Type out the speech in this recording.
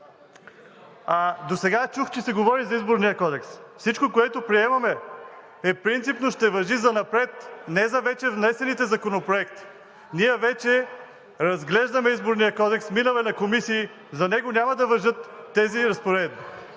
Досега чух, че се говори за Изборния кодекс. Всичко, което приемаме, принципно ще важи занапред, не за вече внесените законопроекти. Ние вече разглеждаме Изборния кодекс, минал е на комисии, за него няма да важат тези разпоредби.